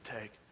take